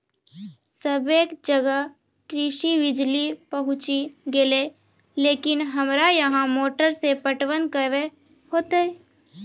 सबे जगह कृषि बिज़ली पहुंची गेलै लेकिन हमरा यहाँ मोटर से पटवन कबे होतय?